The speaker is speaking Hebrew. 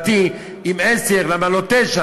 ולדעתי, אם עשר, אז למה לא תשע?